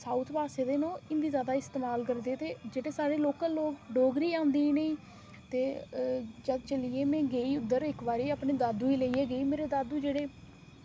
south पासै दे न ओह् ते हिंदी जैदा इस्तेमाल करदे ते जेह्ड़े साढ़े लोकल लोग डोगरी औंदी जि'नेंगी ते चेचे लेइयै गेई में उद्धर मेरे दादू गी लेइयै गेई मेरे दादू जेह्ड़े